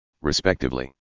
respectively